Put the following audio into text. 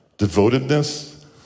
devotedness